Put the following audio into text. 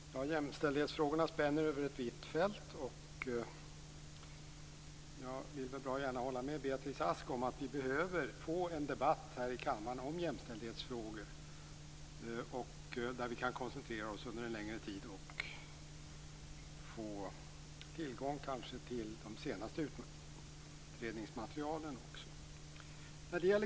Herr talman! Jämställdhetsfrågorna spänner över ett brett fält, och jag vill bra gärna hålla med Beatrice Ask om att vi behöver få en debatt om jämställdhetsfrågor här i kammaren, då vi kan koncentrera oss under en längre tid och kanske få tillgång till de senaste utredningsmaterialen.